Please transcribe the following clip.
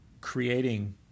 creating